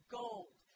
gold